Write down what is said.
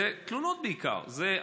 זה בעיקר תלונות.